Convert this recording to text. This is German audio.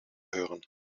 hören